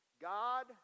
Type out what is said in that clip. God